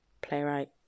playwright